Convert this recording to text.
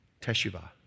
Teshuvah